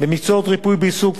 במקצועות ריפוי בעיסוק,